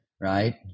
right